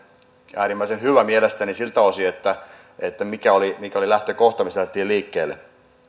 äärimmäisen hyvä mielestäni siltä osin mikä oli lähtökohta mistä lähdettiin liikkeelle